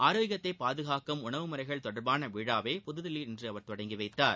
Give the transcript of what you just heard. ஆரோக்கியத்தைப் பாதுகாக்கும் உணவு முறைகள் தொடர்பான விழாவை புதுதில்லியில் இன்று அவர் கொடங்கி வைத்தார்